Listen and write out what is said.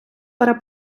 бере